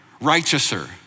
righteouser